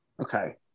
Okay